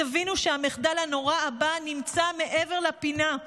תבינו שהמחדל הנורא הבא נמצא מעבר לפינה.